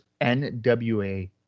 NWA